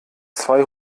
zwei